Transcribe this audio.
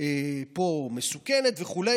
פה מסוכנת וכו',